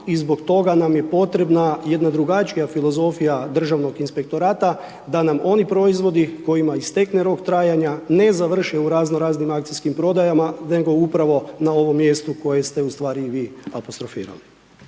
i zbog toga nam je potrebna jedna drugačija filozofija Državnog inspektorata, da nam oni proizvodi, kojima istekne rok trajanja, ne završe u razno raznim akcijskim prodaja, nego upravo na ovom mjestu, koji ste ustvari vi apostrofirali.